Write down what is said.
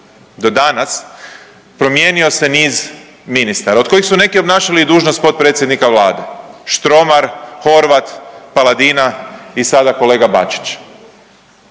do danas promijenio se niz ministara od kojih su neki obnašali i dužnost potpredsjednika Vlade, Štromar, Horvat, Paladina i sada kolega Bačić,